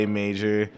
major